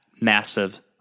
massive